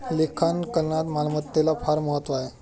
लेखांकनात मालमत्तेला फार महत्त्व आहे